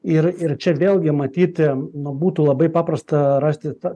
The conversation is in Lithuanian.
ir ir čia vėlgi matyti nu būtų labai paprasta rasti tą